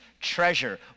treasure